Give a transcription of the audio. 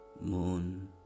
moon